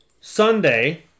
Sunday